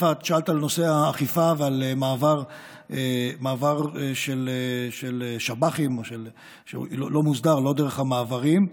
את שאלת על נושא האכיפה והמעבר של שב"חים שלא דרך המעברים,